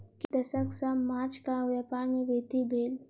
किछ दशक सॅ माँछक व्यापार में वृद्धि भेल